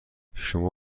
شما